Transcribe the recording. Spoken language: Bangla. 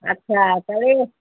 আচ্ছা তাহলে